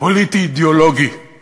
פוליטי-אידיאולוגי של